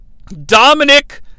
Dominic